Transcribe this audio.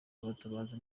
abatabazi